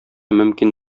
мөмкин